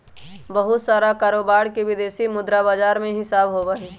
बहुत सारा कारोबार के विदेशी मुद्रा बाजार में हिसाब होबा हई